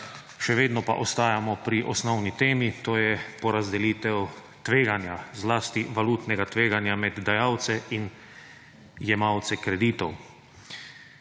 še vedno pa ostajamo pri osnovni temi, to je porazdelitev tveganja, zlasti valutnega tveganja med dajalce in jemalce kreditov.